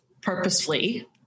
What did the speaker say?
purposefully